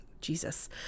Jesus